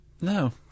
No